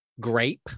grape